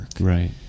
Right